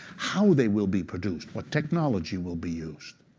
how they will be produced, what technology will be used.